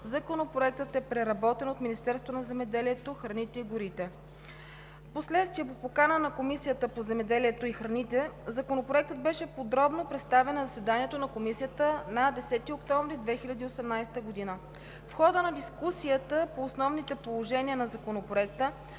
Законопроектът е преработен от Министерството на земеделието, храните и горите. Впоследствие по покана на Комисията по земеделието и храните Законопроектът беше подробно представен на заседанието на Комисията на 10 октомври 2018 г. В хода на дискусията по основните положения на Законопроекта